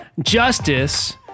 justice